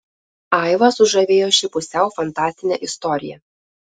aivą sužavėjo ši pusiau fantastinė istorija